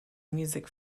music